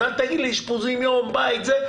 אל תגיד לי אשפוזי בית וכולי.